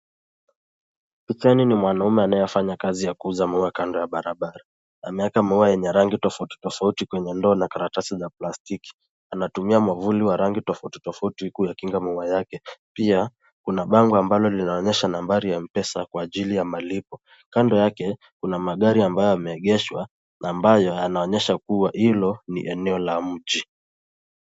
Pichani ni mwanaume anayefanya kazi ya kuuza miwa kando ya barabara. Ameweka maua ya rangi tofauti tofauti kwenye ndoa na karatasi za plastiki. Anatumia mavuli wa rangi tofauti tofauti kuyakinga maua yake. Pia kuna bango ambalo linaonyesha nambari ya mpesa kwa ajili ya malipo. Kando yake kuna magari ambayo yameegeshwa na ambayo yanaonyesha kuwa hilo ni eneo la mji.